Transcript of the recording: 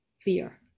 fear